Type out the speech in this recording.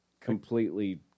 completely